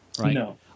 No